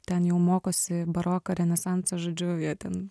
ten jau mokosi baroką renesansą žodžiu jie ten